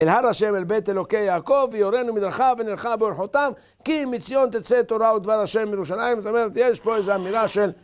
אל הר השם אל בית אלוקי יעקב, יורנו בדרכיו ונלכה באורחותיו, כי מציון תצא תורה ודבר השם מירושלים. זאת אומרת, יש פה איזו אמירה של...